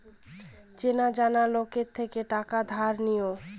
চেনা জানা লোকের থেকে টাকা ধার নিও